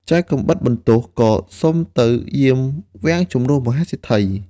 ចៅកាំបិតបន្ទោះក៏សុំទៅយាមវាំងជំនួសមហាសេដ្ឋី។